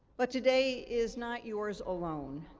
but today is not yours alone.